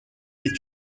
est